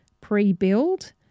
pre-build